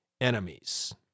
enemies